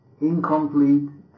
incomplete